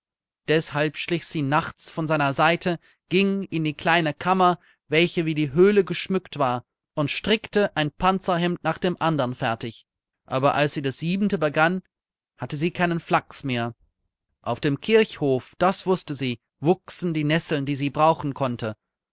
deshalb schlich sie nachts von seiner seite ging in die kleine kammer welche wie die höhle geschmückt war und strickte ein panzerhemd nach dem andern fertig aber als sie das siebente begann hatte sie keinen flachs mehr auf dem kirchhof das wußte sie wuchsen die nesseln die sie brauchen konnte